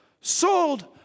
sold